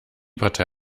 partei